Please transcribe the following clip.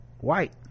white